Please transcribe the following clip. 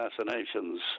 assassinations